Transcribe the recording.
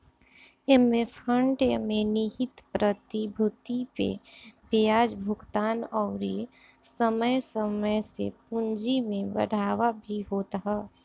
एमे फंड में निहित प्रतिभूति पे बियाज भुगतान अउरी समय समय से पूंजी में बढ़ावा भी होत ह